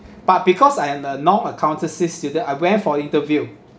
but because I am a non-accountancy student I went for interview